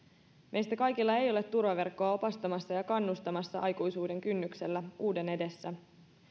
meistä kaikilla ei ole turvaverkkoa opastamassa ja kannustamassa aikuisuuden kynnyksellä uuden edessä